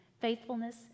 faithfulness